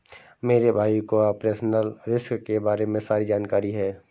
मेरे भाई को ऑपरेशनल रिस्क के बारे में सारी जानकारी है